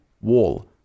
wall